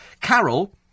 Carol